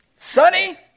Sunny